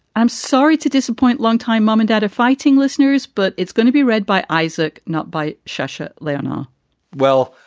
i'm sorry to disappoint longtime mum and dad of fighting listeners, but it's going to be read by isaac, not by shasha leona well,